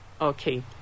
Okay